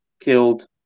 killed